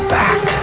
back